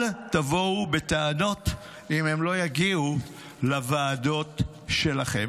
אל תבואו בטענות אם הם לא יגיעו לוועדות שלכם.